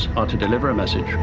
are to deliver a message